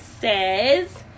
says